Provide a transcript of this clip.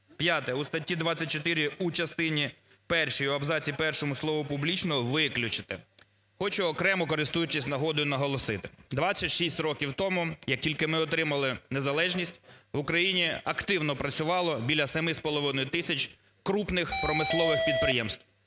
П'яте, в статті 24 у частині першій в абзаці першому слово "публічно" виключити. Хочу окремо, користуючись нагодою, наголосити. 26 років тому, як тільки ми отримали незалежність, в Україні активно працювало біля 7,5 тисяч крупних промислових підприємств.